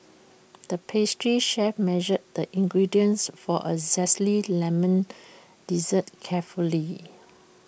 the pastry chef measured the ingredients for A Zesty Lemon Dessert carefully